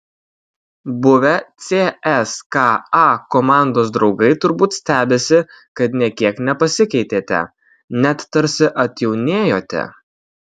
buvę cska komandos draugai turbūt stebisi kad nė kiek nepasikeitėte net tarsi atjaunėjote